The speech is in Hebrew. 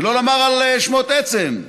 שלא לומר שמות עצם: